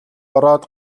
ороод